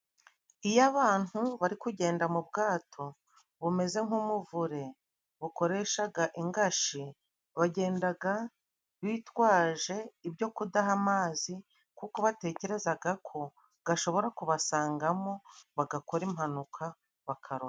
Iyo abantu bari kugenda mu bwato bumeze nk'umuvure, bukoreshaga ingashi, bagendaga bitwaje ibyo kudaha amazi, kuko batekerezaga ko gashobora kubasangamo, bagakora impanuka bakaroha...